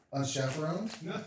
Unchaperoned